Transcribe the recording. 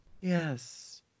Yes